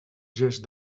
gest